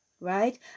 right